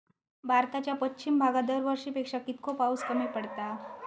भारताच्या पश्चिम भागात दरवर्षी पेक्षा कीतको पाऊस कमी पडता?